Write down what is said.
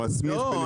לא.